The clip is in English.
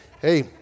Hey